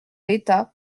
l’état